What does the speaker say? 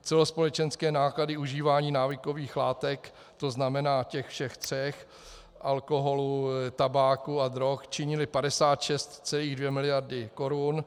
Celospolečenské náklady užívání návykových látek, tzn. těch všech tří, alkoholu, tabáku a drog, činily 56,2 mld. korun.